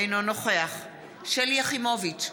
אינו נוכח שלי יחימוביץ,